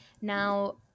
Now